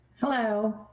Hello